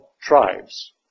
tribes